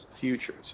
futures